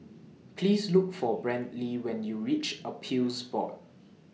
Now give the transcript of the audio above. Please Look For Brantley when YOU REACH Appeals Board